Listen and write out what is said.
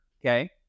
okay